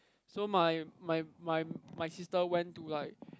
so my my my my sister went to like